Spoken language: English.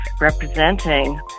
representing